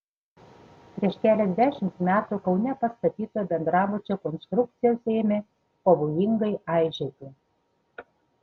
prieš keliasdešimt metų kaune pastatyto bendrabučio konstrukcijos ėmė pavojingai aižėti